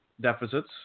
deficits